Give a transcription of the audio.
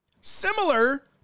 Similar